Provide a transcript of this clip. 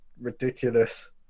ridiculous